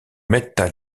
mettent